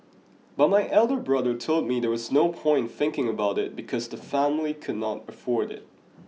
but my elder brother told me there was no point thinking about it because the family could not afford it